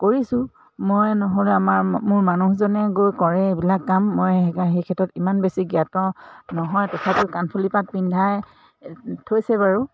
কৰিছোঁ মই নহ'লে আমাৰ মোৰ মানুহজনে গৈ কৰে এইবিলাক কাম মই সেইকা সেই ক্ষেত্ৰত ইমান বেছি জ্ঞাত নহয় তথাপিও কাণফুলি পাত পিন্ধাই থৈছে বাৰু